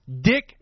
Dick